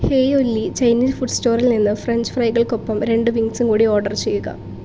hey Ollie Chinese food സ്റ്റോറിൽ നിന്ന് French ഫ്രൈകൾക്കൊപ്പം രണ്ട് വിംഗ്സും കൂടി ഓർഡർ ചെയ്യുക